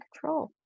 control